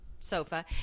sofa